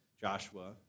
Joshua